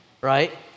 right